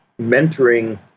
mentoring